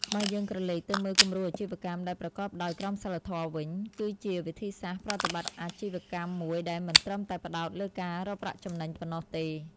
បើយើងក្រឡេកទៅមើលគំរូអាជីវកម្មដែលប្រកបដោយក្រមសីលធម៌វិញ គឺជាវិធីសាស្រ្តប្រតិបត្តិអាជីវកម្មមួយដែលមិនត្រឹមតែផ្តោតលើការរកប្រាក់ចំណេញប៉ុណ្ណោះទេ ។